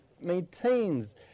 maintains